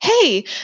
hey